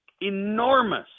enormous